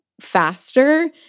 faster